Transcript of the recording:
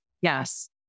yes